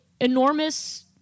enormous